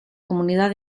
comunidad